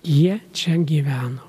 jie čia gyveno